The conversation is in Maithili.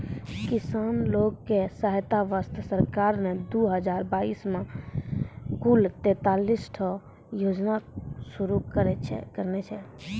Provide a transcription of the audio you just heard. किसान लोग के सहायता वास्तॅ सरकार नॅ दू हजार बाइस मॅ कुल तेतालिस ठो योजना शुरू करने छै